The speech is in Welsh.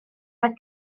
waith